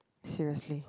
seriously